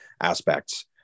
aspects